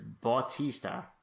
Bautista